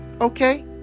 Okay